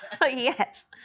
Yes